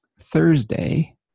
Thursday